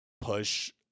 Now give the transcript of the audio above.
push